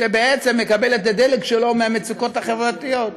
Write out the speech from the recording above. שבעצם מקבל את הדלק שלו מהמצוקות החברתיות,